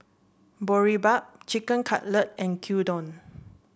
Boribap Chicken Cutlet and Gyudon